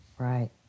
Right